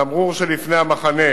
התמרור שלפני המחנה,